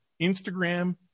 Instagram